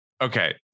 okay